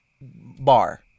bar